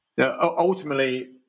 Ultimately